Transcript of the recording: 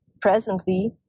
Presently